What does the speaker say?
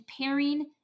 pairing